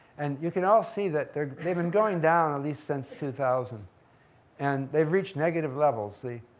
and you can all see that they're, they've been going down at least since two thousand and they've reached negative levels, see,